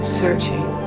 searching